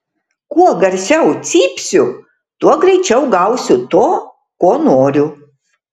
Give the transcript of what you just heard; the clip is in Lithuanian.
kuo garsiau cypsiu tuo greičiau gausiu to ko noriu